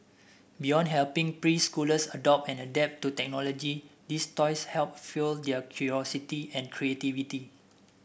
beyond helping preschoolers adopt and adapt to technology these toys help fuel their curiosity and creativity